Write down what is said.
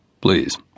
Please